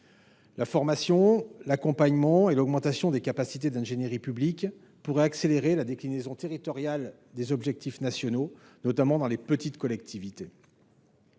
La formation, l’accompagnement et l’augmentation des capacités d’ingénierie publique pourraient accélérer la déclinaison territoriale des objectifs nationaux, notamment dans les petites collectivités.